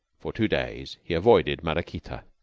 for two days he avoided maraquita.